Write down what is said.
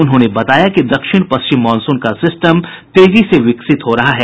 उन्होंने बताया कि दक्षिण पश्चिम मॉनसून का सिस्टम तेजी से विकसित हो रहा है